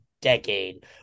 decade